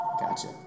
Gotcha